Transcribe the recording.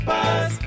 Buzz